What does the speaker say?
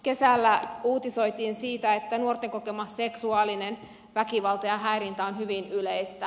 kesällä uutisoitiin siitä että nuorten kokema seksuaalinen väkivalta ja häirintä on hyvin yleistä